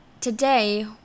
today